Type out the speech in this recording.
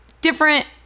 different